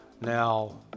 Now